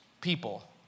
people